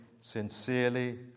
sincerely